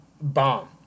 bomb